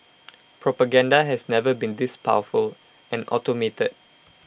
propaganda has never been this powerful and automated